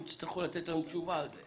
הם יצטרכו לתת לנו תשובה על כך.